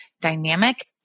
dynamic